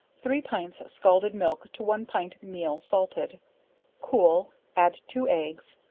three pints scalded milk to one pint meal salted cool, add two eggs,